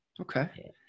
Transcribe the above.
Okay